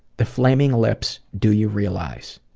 the flaming lips' do you realize?